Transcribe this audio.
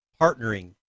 partnering